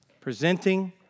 presenting